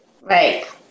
Right